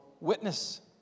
witness